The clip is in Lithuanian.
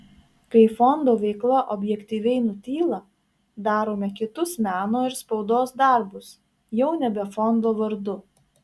kai fondo veikla objektyviai nutyla darome kitus meno ir spaudos darbus jau nebe fondo vardu